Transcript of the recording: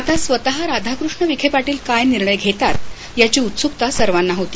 आता स्वतः राधाकृष्ण विखे पाटील काय निर्णय घेतात याची उत्सुकता सर्वाना होती